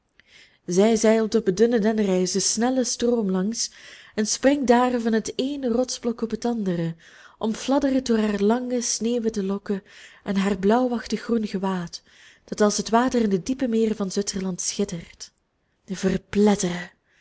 zij zeilt op het dunne dennenrijs den snellen stroom langs en springt daar van het eene rotsblok op het andere omfladderd door haar lange sneeuwwitte lokken en haar blauwachtig groen gewaad dat als het water in de diepe meren van zwitserland schittert